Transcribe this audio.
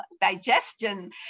digestion